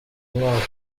mwaka